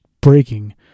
breaking